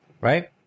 right